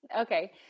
Okay